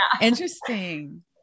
Interesting